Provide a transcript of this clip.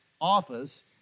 office